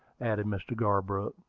added mr. garbrook.